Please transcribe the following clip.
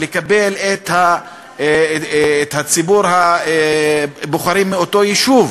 לקבל את ציבור הבוחרים מאותו יישוב.